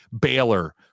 Baylor